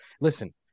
listen